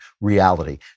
reality